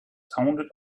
sounded